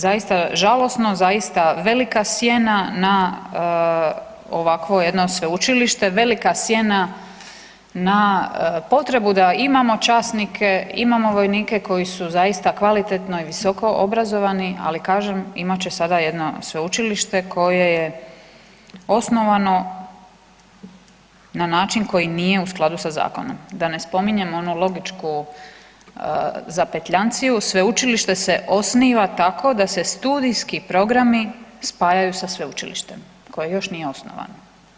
Zaista žalosno, zaista velika sjena na ovakvo jedno sveučilište, velika sjena na potrebu da imamo časnike, imamo vojnike koji su zaista kvalitetno i visoko obrazovani, ali kažem imat će sada jedno sveučilište koje je osnovano na način koji nije u skladu sa zakonom, da ne spominjem onu logičku zapetljanciju, sveučilište se osniva tako da se studijski programi spajaju sa sveučilištem koje još nije osnovano.